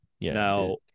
now